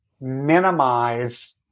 minimize